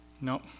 No